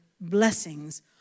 blessings